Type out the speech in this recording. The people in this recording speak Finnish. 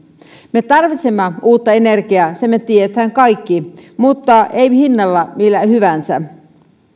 me tarvitsemme uutta energiaa sen me tiedämme kaikki mutta ei hinnalla millä hyvänsä